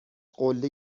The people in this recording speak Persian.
قله